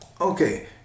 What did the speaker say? Okay